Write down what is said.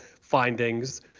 findings